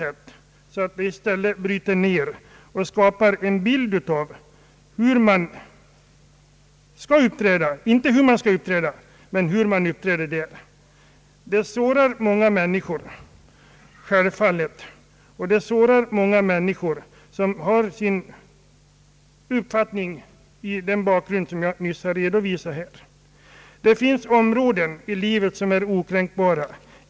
Vad som där visas vid vissa tillfällen både bryter ner och sårar många människor, vilka fått sin uppfattning grundad på det sätt som jag nyss har redovisat. Det finns områden som är okränkbara.